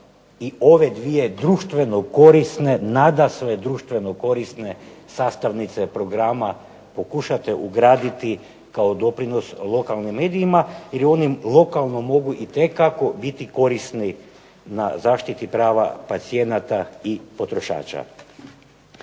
i ove dvije društveno korisne, nadasve društveno korisne sastavnice programa pokušate ugraditi kao doprinos lokalnim medijima jer oni lokalno mogu itekako biti korisni na zaštiti prava pacijenata i potrošača.